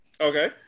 Okay